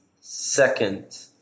second